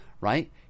right